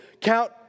count